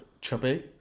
chubby